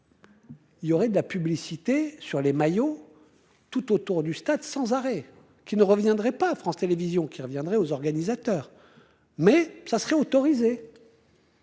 Il y aurait de la publicité sur les maillots tout autour du stade sans arrêt qu'il ne reviendrait pas. France Télévisions qui reviendrait aux organisateurs. Mais ça serait autorisé.